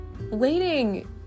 Waiting